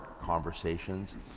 conversations